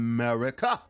America